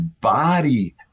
body